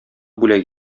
бүләк